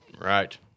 Right